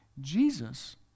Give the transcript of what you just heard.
Jesus